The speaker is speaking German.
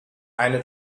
eine